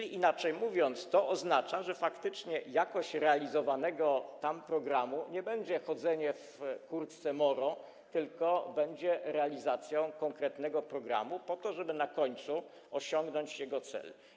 Inaczej mówiąc, to oznacza, że faktycznie jakość realizowanego programu to nie będzie chodzenie w kurtce moro, tylko będzie realizacją konkretnego programu, po to, żeby na końcu osiągnąć jego cel.